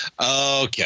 Okay